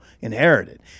inherited